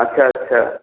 আচ্ছা আচ্ছা